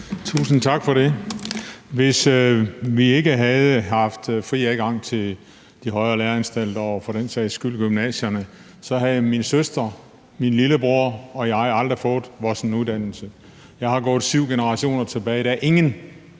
Tusind tak for det. Hvis vi ikke havde haft fri adgang til de højere læreanstalter og for den sags skyld gymnasierne, havde min søster, min lillebror og jeg aldrig fået os en uddannelse. Jeg er gået syv generationer tilbage, og der er ingen,